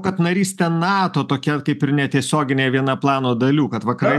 kad narystė nato tokia kaip ir netiesioginė viena plano dalių kad vakarai